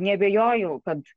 neabejoju kad